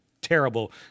terrible